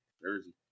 Jersey